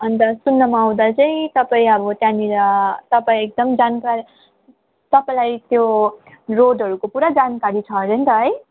अन्त सुन्नमा आउँदा चाहिँ तपाईँ अब त्यहाँनेर तपाईँ एकदम जानकार तपाईँलाई त्यो रोडहरूको पुरा जानकारी छ अरे नि त है